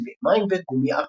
צבעי מים וגומי ערבי.